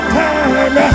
time